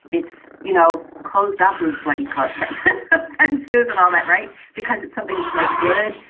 it's, you know, closed up with what you call it, fresh and foods and all that. right. because it's something so good.